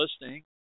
listening